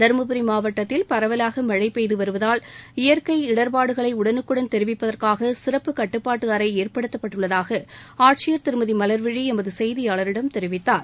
தருமபுரி மாவட்டத்தில் பரவலாக மழை பெய்து வருவதால் இயற்கை இடற்பாடுகளை உடனுக்குடன் தெரிவிப்பதற்காக சிறப்பு கட்டுப்பாட்டு அறை ஏற்படுத்தப்பட்டுள்ளதாக ஆட்சியர் திருமதி மல்விழி எமது செய்தியாளரிடம் தெரிவித்தார்